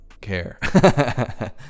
care